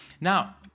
Now